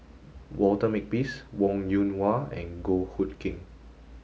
Walter Makepeace Wong Yoon Wah and Goh Hood Keng